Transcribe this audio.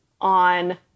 on